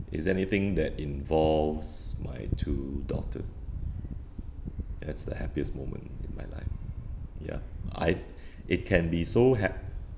is anything that involves my two daughters that's the happiest moment in my life ya I it can be so hap~